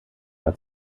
war